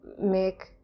make